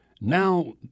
now